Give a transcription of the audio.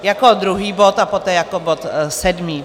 Jako druhý bod a poté jako bod sedmý.